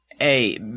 A